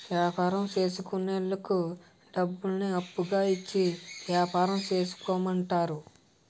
యాపారం చేసుకున్నోళ్లకు డబ్బులను అప్పుగా ఇచ్చి యాపారం చేసుకోమంటారు